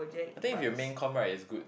I think if you're main com right is good